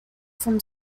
from